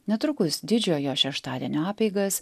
netrukus didžiojo šeštadienio apeigas